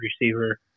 receiver